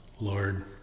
Lord